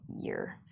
year